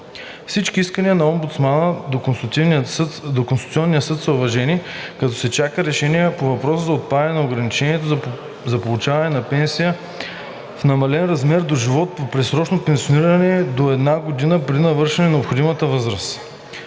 Всички искания на омбудсмана до Конституционния съд са уважени, като се чака решение по въпроса за отпадане на ограничението за получаване на пенсия в намален размер до живот при предсрочно пенсиониране до една година преди навършване на необходимата възраст.